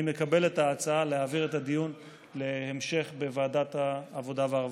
אני מקבל את ההצעה להעביר את המשך הדיון לוועדת העבודה והרווחה.